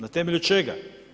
Na temelju čega?